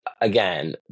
Again